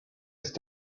ist